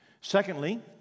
Secondly